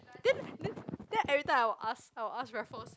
then then then every time I will ask I will ask Raffles